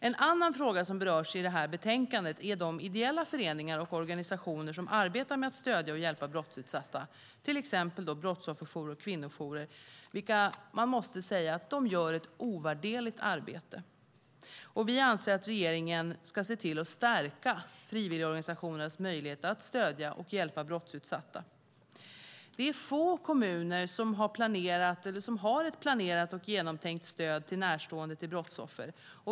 En annan fråga som berörs i betänkandet är de ideella föreningar och organisationer som arbetar med att stödja och hjälpa brottsutsatta, till exempel brottsofferjourer och kvinnojourer, som man måste säga gör ett ovärderligt arbete. Vi anser att regeringen ska se till att stärka frivilligorganisationernas möjligheter att stödja och hjälpa brottsutsatta. Få kommuner har ett planerat och genomtänkt stöd till närstående till brottsoffer.